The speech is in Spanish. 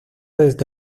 desde